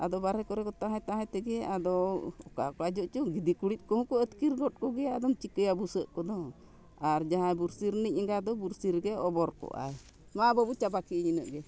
ᱟᱫᱚ ᱵᱟᱨᱦᱮ ᱠᱚᱨᱮ ᱠᱚ ᱛᱟᱦᱮᱸ ᱛᱟᱦᱮᱸ ᱛᱮᱜᱮ ᱟᱫᱚ ᱚᱠᱟ ᱚᱠᱟ ᱡᱚᱦᱚᱜ ᱪᱚᱝ ᱜᱤᱫᱤ ᱠᱩᱲᱤᱫ ᱠᱚᱦᱚᱸ ᱠᱚ ᱟᱹᱛᱠᱤᱨ ᱜᱚᱫ ᱠᱚᱜᱮᱭᱟ ᱟᱫᱚᱢ ᱪᱤᱠᱟᱹᱭᱟ ᱵᱩᱥᱟᱹᱜ ᱠᱚᱫᱚ ᱟᱨ ᱡᱟᱦᱟᱸᱭ ᱵᱩᱨᱥᱤ ᱨᱤᱱᱤᱡ ᱮᱜᱟ ᱫᱚ ᱵᱩᱨᱥᱤ ᱨᱮᱜᱮ ᱚᱵᱚᱨ ᱠᱚᱜᱼᱟᱭ ᱢᱟ ᱵᱟᱹᱵᱩ ᱪᱟᱵᱟ ᱠᱮᱜᱼᱟᱹᱧ ᱤᱱᱟᱹᱜᱼᱜᱮ